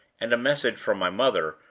and a message from my mother,